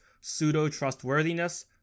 pseudo-trustworthiness